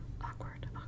awkward